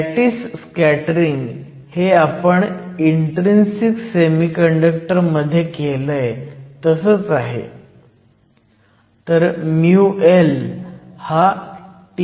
lattice scattering हे आवण intrinsic semiconductor मध्ये केलंय तसंच आहे